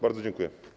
Bardzo dziękuję.